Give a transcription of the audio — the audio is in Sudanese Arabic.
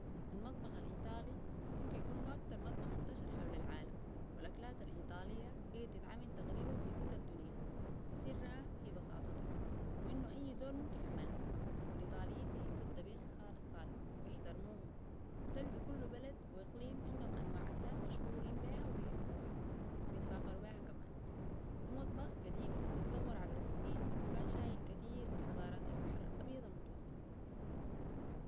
المطبخ الإيطالي ممكن يكون هو أكتر مطبخ انتشر حول العالم والأكلات الإيطالية بقت تتعمل تقريبا في كل الدنيا وسرها في بساطتها وإنو أي زول ممكن يعمله والإيطاليين بيحبوا التبيخ خالص خالص وبيحترموه بتلقى كل بلد وإقليم عندهم أنواع أكلات مشهورين بيها وبيحبوها وبيتفاخروا بيها كمان وهو مطبخ قديم يتطور عبر السنين وكان شايل كتير من حضارات البحر الأبيض المتوسط